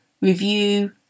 review